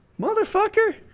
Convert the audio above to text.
Motherfucker